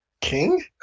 King